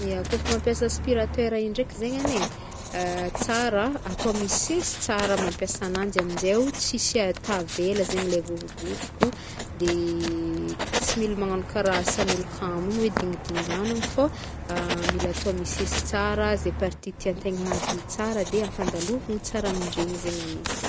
Zaho môkany e, fomba fagnasako lamba amy tagnagna e, alaigna môkany izy, lemagna rano, avake izy asiagny savogno, de izy kaofa misy savogno tsara be igny izy de kosehigny zay party maloto zahavina tsara surtout vozony, sisigny regny agnahy de kosehigny tsara zegny, kosehigny tsimôramôra koa fa sao de simba koa zegny lamba.